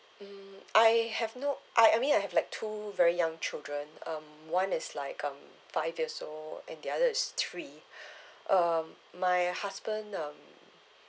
mm I have no I I mean I have like two very young children um one is like um five years old and the other is three um my husband um